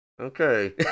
okay